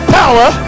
power